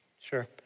Sure